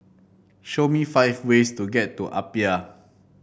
show me five ways to get to Apia